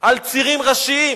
על צירים ראשיים,